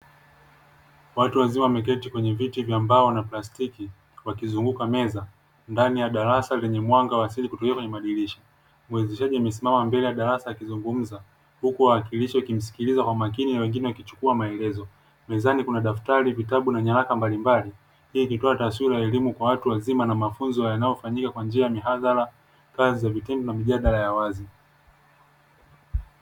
Watu wazima wameketi kwenye viti vya mbao na plastiki wakizunguka meza ndani ya darasa lenyemwaga wa asili kutoka kwenye madirisha, muwasilishaji amesimama mbele ya darasa akizungumza huko wawakilishi wakimsikiliza kwa makini wengine wakichukua maelezo, mezani kuna daktari, vitabu na nyaraka mbalimbali hii ikiwa ni taswira ya elimu kwa watu wazima na mafunzo yanayofanyika kwa njia ya mihadhara, kazi za vitendo na mijadala ya wazi.